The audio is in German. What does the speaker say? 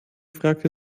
fragte